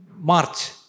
March